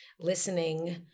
listening